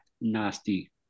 nasty